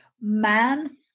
man